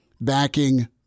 backing